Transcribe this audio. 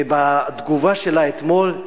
ובתגובה שלה אתמול,